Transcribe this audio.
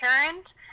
parent